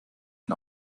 den